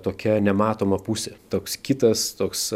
tokia nematoma pusė toks kitas toks